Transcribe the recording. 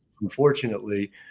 unfortunately